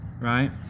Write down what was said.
right